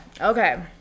Okay